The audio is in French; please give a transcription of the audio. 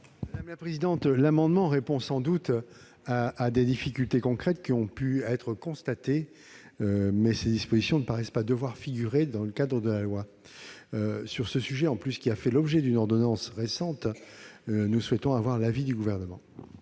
de la commission ? Cet amendement vise sans doute à répondre à des difficultés concrètes qui ont pu être constatées, mais ces dispositions ne paraissent pas devoir figurer dans la loi. Sur ce sujet, qui a fait l'objet d'une ordonnance récente, nous souhaitons avoir l'avis du Gouvernement.